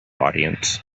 audience